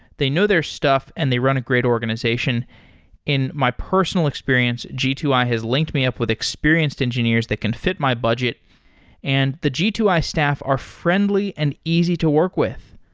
they know their stuff and they run a great organization in my personal experience, g two i has linked me up with experienced engineers that can fit my budget and the g two i staff are friendly and easy to work with.